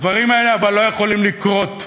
אבל הדברים האלה לא יכולים לקרות,